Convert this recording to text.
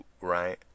right